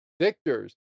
victors